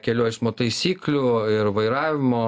kelių eismo taisyklių ir vairavimo